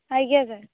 ଆଜ୍ଞା ସାର୍